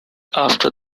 after